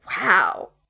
Wow